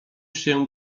się